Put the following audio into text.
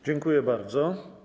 Dziękuję bardzo.